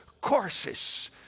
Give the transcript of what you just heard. courses